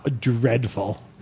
dreadful